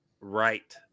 right